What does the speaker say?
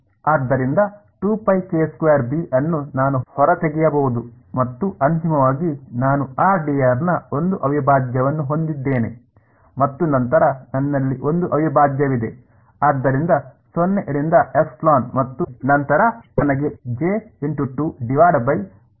ಆದ್ದರಿಂದ ನಾನು ಹೊರತೆಗೆಯಬಹುದು ಮತ್ತು ಅಂತಿಮವಾಗಿ ನಾನು ನ ಒಂದು ಅವಿಭಾಜ್ಯವನ್ನು ಹೊಂದಿದ್ದೇನೆ ಮತ್ತು ನಂತರ ನನ್ನಲ್ಲಿ ಒಂದು ಅವಿಭಾಜ್ಯವಿದೆ